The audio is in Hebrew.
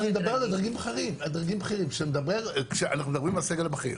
אנחנו מדברים על הסגל הבכיר.